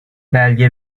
belge